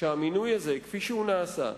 שהמינוי הזה, כפי שהוא נעשה,